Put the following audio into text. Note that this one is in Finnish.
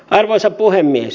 arvoisa puhemies